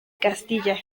castilla